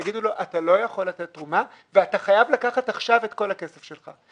יגידו לו: אתה לא יכול לתת תרומה ואתה חייב לקחת עכשיו את כל הכסף שלך.